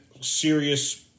serious